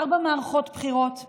ארבע מערכות בחירות,